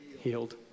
Healed